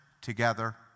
together